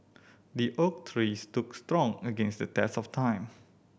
the oak tree stood strong against the test of time